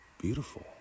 Beautiful